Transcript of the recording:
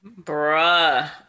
Bruh